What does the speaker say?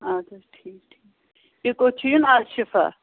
اَدٕ حظ ٹھیٖک ٹھیٖک یہِ کوٚت چھُ یُن الشِفا